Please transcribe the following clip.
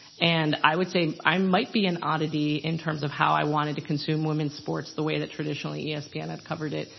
and i would say i might be an oddity in terms of how i wanted to consume women's sports the way that traditionally espn had covered it.